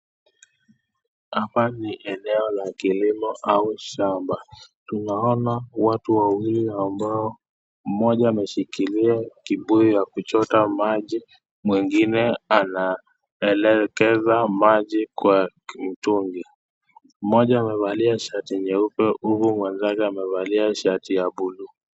Hapa ni eneo la kilimo au shamba. Tunaona watu wawili ambao mmoja ameshikilia kibuyu akichota maji mwengine anaelekeza maji kwa mtungi. Mmoja amevalia shati nyeupe huku mwenzake amevalia shati ya blue .